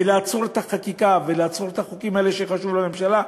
לעצור את החקיקה ולעצור את החוקים האלה שחשובים לממשלה,